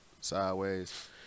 sideways